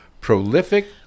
prolific